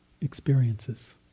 experiences